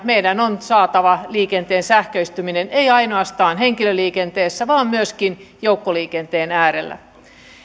meidän on saatava liikenteen sähköistyminen ei ainoastaan henkilöliikenteessä vaan myöskin joukkoliikenteen äärellä